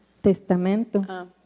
testamento